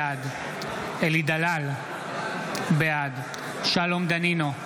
בעד אלי דלל, בעד שלום דנינו,